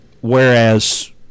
Whereas